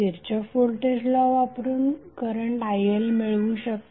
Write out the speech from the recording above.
Kirchhoff voltage law वापरून current IL मिळवू शकता